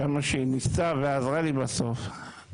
כמה שניסתה ועזרה לי בסוף.